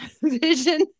vision